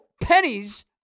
pennies